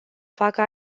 facă